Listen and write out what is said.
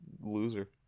loser